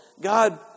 God